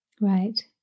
Right